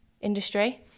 industry